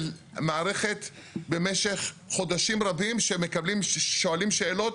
של מערכת במשך חודשים רבים ששואלים שאלות,